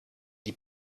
die